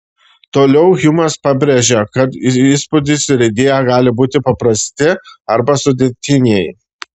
toliau hjumas pabrėžia kad įspūdis ir idėja gali būti paprasti arba sudėtiniai